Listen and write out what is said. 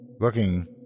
looking